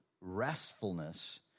restfulness